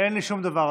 אין לי שום דבר,